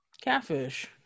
Catfish